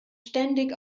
ständig